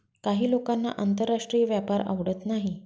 काही लोकांना आंतरराष्ट्रीय व्यापार आवडत नाही